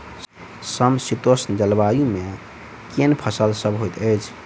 समशीतोष्ण जलवायु मे केँ फसल सब होइत अछि?